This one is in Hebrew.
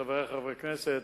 חברי חברי הכנסת,